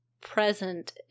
Present